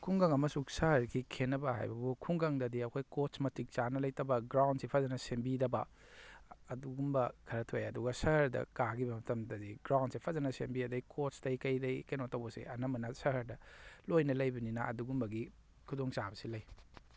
ꯈꯨꯡꯒꯪ ꯑꯃꯁꯨꯛ ꯁꯍ꯭ꯔꯒꯤ ꯈꯦꯅꯕ ꯍꯥꯏꯕꯕꯨ ꯈꯨꯡꯒꯪꯗꯗꯤ ꯑꯩꯈꯣꯏ ꯀꯣꯆ ꯃꯇꯤꯛ ꯆꯥꯅ ꯂꯩꯇꯕ ꯒ꯭ꯔꯥꯎꯟꯁꯦ ꯐꯖꯅ ꯁꯦꯝꯕꯤꯗꯕ ꯑꯗꯨꯒꯨꯝꯕ ꯈꯔ ꯊꯣꯛꯑꯦ ꯑꯗꯨꯒ ꯁꯍ꯭ꯔꯗ ꯀꯥꯈꯤꯕ ꯃꯇꯝꯗꯗꯤ ꯒ꯭ꯔꯥꯎꯟꯁꯦ ꯐꯖꯅ ꯁꯦꯝꯕꯤ ꯑꯗꯨꯗꯩ ꯀꯣꯆꯇꯒꯤ ꯀꯩꯗꯩ ꯀꯩꯅꯣ ꯇꯧꯕꯁꯦ ꯑꯅꯝꯕꯅ ꯁꯍ꯭ꯔꯗ ꯂꯣꯏꯅ ꯂꯩꯕꯅꯤꯅ ꯑꯗꯨꯒꯨꯝꯕꯒꯤ ꯈꯨꯗꯣꯡꯆꯥꯕꯁꯦ ꯂꯩ